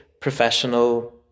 professional